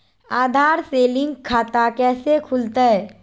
आधार से लिंक खाता कैसे खुलते?